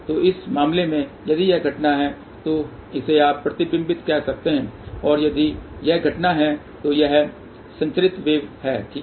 तो इस मामले में यदि यह घटना है तो इसे आप प्रतिबिंबित कह सकते हैं और यदि यह घटना है तो यह संचरित वेव है ठीक